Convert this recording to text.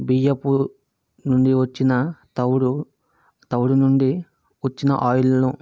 బియ్యపు నుండి వచ్చిన తౌడు తౌడు నుండి వచ్చిన ఆయిల్ను